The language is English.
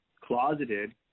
closeted